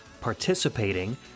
participating